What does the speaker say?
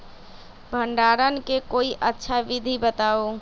भंडारण के कोई अच्छा विधि बताउ?